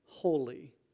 Holy